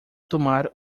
tomar